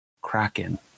kraken